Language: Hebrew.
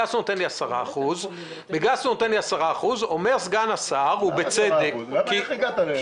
במספרים גסים הוא נותן לי 10%. איך הגעת ל-10%?